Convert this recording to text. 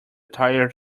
tired